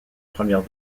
première